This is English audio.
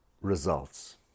results